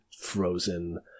frozen